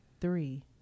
three